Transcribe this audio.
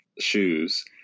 shoes